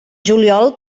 juliol